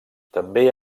també